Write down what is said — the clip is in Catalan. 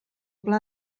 pla